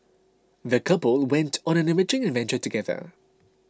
the couple went on an enriching adventure together